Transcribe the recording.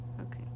okay